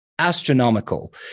astronomical